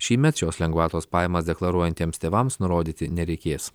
šįmet šios lengvatos pajamas deklaruojantiems tėvams nurodyti nereikės